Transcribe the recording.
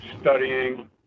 studying